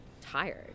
tired